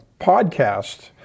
podcast